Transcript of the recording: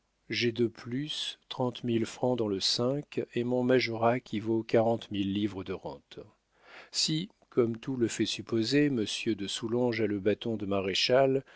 j'ai de plus trente mille francs dans les cinq et mon majorat qui vaut quarante mille livres de rente si comme tout le fait supposer monsieur de soulanges a le bâton de maréchal